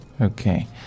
Okay